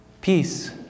Peace